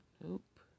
Nope